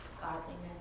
godliness